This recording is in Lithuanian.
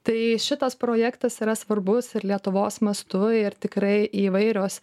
tai šitas projektas yra svarbus ir lietuvos mastu ir tikrai įvairios